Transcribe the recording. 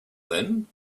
then